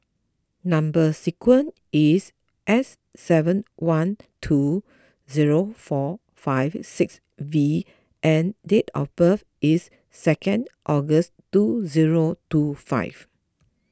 Number Sequence is S seven one two zero four five six V and date of birth is second August two zero two five